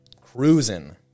cruising